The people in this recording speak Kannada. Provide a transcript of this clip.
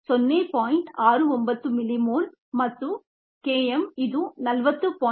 69 ಮಿಲಿಮೋಲ್ ಮತ್ತು k m ಇದು 40